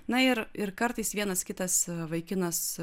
na ir ir kartais vienas kitas vaikinas